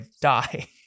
die